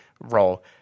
role